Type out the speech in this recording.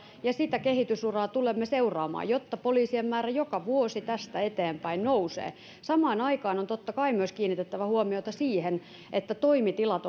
ja sitä kehitysuraa tulemme seuraamaan jotta poliisien määrä joka vuosi tästä eteenpäin nousee samaan aikaan on totta kai kiinnitettävä huomiota siihen että toimitilat